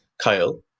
Kyle